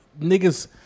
niggas